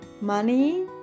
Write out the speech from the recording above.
money